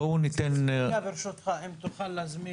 בואו ניתן לגורמים המבצעים